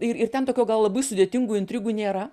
ir ir ten tokio gal labai sudėtingų intrigų nėra